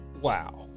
wow